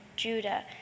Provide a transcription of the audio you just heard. Judah